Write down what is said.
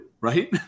right